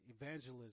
evangelism